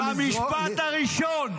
במשפט הראשון.